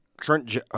Trent